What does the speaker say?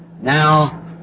Now